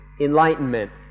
enlightenment